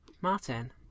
Martin